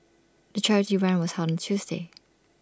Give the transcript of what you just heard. the charity run was held on Tuesday